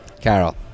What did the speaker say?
Carol